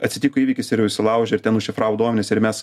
atsitiko įvykis ir jau įsilaužė ir ten užšifravo duomenis ir mes